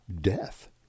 death